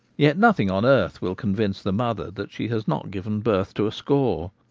yet nothing on earth will convince the mother that she has not given birth to a score.